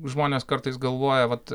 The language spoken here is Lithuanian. žmonės kartais galvoja vat